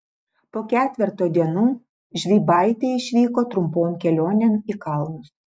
po ketverto dienų žvybaitė išvyko trumpon kelionėn į kalnus